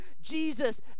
Jesus